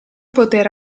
poter